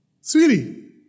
sweetie